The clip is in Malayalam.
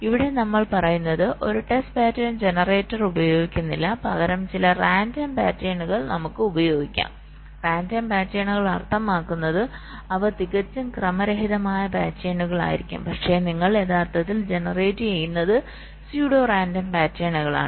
ഇവിടെ നമ്മൾ പറയുന്നത് ഒരു ടെസ്റ്റ് പാറ്റേൺ ജനറേറ്റർ ഉപയോഗിക്കുന്നില്ലപകരം ചില റാൻഡം പാറ്റേണുകൾ നമുക്ക് ഉപയോഗിക്കാം റാൻഡം പാറ്റേണുകൾ അർത്ഥമാക്കുന്നത് അവ തികച്ചും ക്രമരഹിതമായ പാറ്റേണുകളായിരിക്കും പക്ഷേ നിങ്ങൾ യഥാർത്ഥത്തിൽ ജനറേറ്റ് ചെയ്യുന്നത് സ്യുഡോ റാൻഡം പാറ്റേണുകളാണ്